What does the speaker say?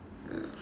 ya